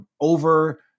over